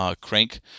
Crank